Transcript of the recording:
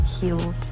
healed